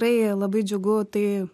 tai labai džiugu tai